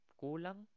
kulang